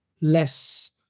less